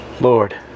Lord